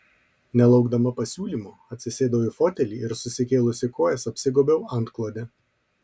nelaukdama pasiūlymo atsisėdau į fotelį ir susikėlusi kojas apsigobiau antklode